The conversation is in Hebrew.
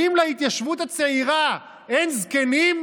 האם להתיישבות הצעירה אין זקנים,